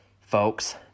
folks